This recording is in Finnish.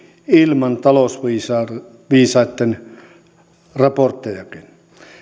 ilman talousviisaitten raporttejakin